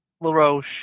LaRoche